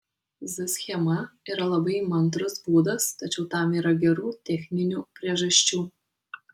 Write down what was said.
z schema yra labai įmantrus būdas tačiau tam yra gerų techninių priežasčių